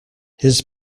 his